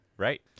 Right